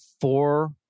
four